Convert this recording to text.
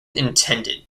intended